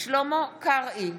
שלמה קרעי,